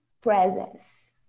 presence